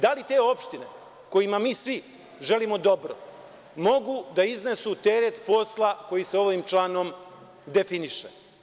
Da li te opštine kojima mi svi želimo dobro mogu da iznesu teret posla koji se ovim članom definiše?